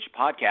podcast